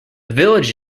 village